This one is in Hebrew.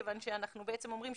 כיוון שאנחנו בעצם אומרים,